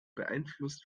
beeinflusst